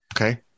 okay